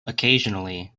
occasionally